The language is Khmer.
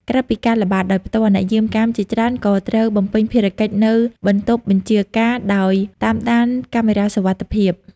ក្រៅពីការល្បាតដោយផ្ទាល់ អ្នកយាមកាមជាច្រើនក៏ត្រូវបំពេញភារកិច្ចនៅ បន្ទប់បញ្ជាការ ដោយ តាមដានកាមេរ៉ាសុវត្ថិភាព។